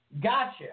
gotcha